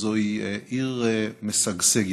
זוהי עיר משגשגת.